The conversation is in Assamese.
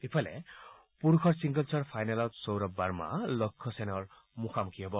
ইফালে পুৰুষৰ ছিংগলছৰ ফাইনেলত সৌৰভ বাৰ্মা লক্ষ সেনৰ মুখামুখি হ'ব